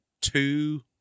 two